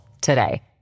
today